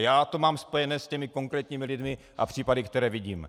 A já to mám spojené s konkrétními lidmi a případy, které vidím.